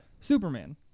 Superman